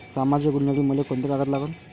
सामाजिक योजनेसाठी मले कोंते कागद लागन?